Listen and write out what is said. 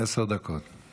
המטרה היא